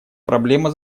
проблема